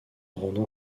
rendent